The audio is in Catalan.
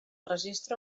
registre